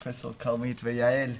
פרופ' כרמית ויעל.